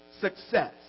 success